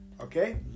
Okay